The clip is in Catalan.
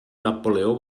napoleó